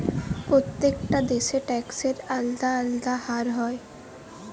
প্রত্যেকটা দেশে ট্যাক্সের আলদা আলদা হার হয়